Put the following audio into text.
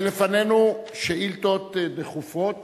לפנינו שאילתות דחופות.